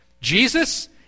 Jesus